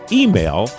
email